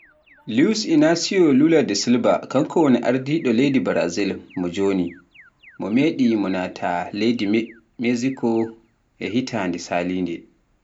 Liuz Inacio Lula de Silver kanko woni ardiɗo leydi Brazil mo joni, mo meɗi mo naata leydi Meziko